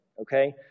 Okay